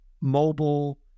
mobile